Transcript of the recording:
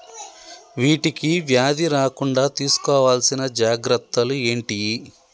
వీటికి వ్యాధి రాకుండా తీసుకోవాల్సిన జాగ్రత్తలు ఏంటియి?